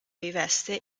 riveste